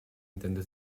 intende